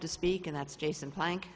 to speak and that's jason plank